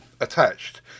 attached